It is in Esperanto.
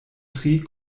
tri